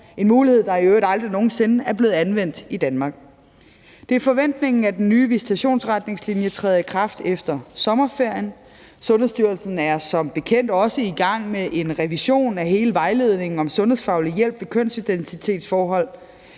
en mulighed, der i øvrigt aldrig nogen sinde er blevet anvendt i Danmark. Det er forventningen, at den nye visitationsretningslinje træder i kraft efter sommerferien. Sundhedsstyrelsen er som bekendt også i gang med en revision af hele vejledningen om sundhedsfaglig hjælp ved kønsidentitetsforhold.